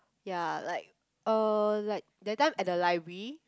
ya like uh like that time at the library